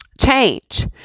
Change